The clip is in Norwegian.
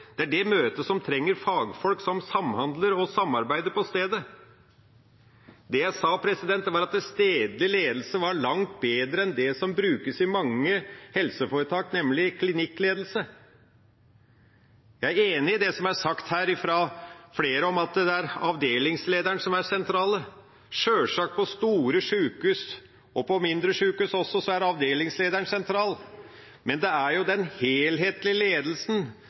som trenger fagfolk som samhandler og samarbeider på stedet. Det jeg sa, var at stedlig ledelse var langt bedre enn det som brukes i mange helseforetak, nemlig klinikkledelse. Jeg er enig i det som er sagt her fra flere, om at det er avdelingslederen som er det sentrale. På store sjukehus, og på mindre sjukehus også, er avdelingslederen sjølsagt sentral, men det er den helhetlige ledelsen som til sjuende og sist er avgjørende – den helhetlige ledelsen